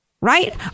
Right